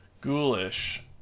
ghoulish